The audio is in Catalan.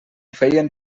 feien